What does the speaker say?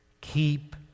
Keep